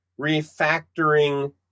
refactoring